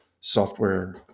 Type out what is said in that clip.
software